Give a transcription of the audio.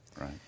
Right